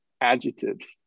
adjectives